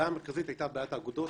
הבעיה המרכזית היתה בעיית האגודות,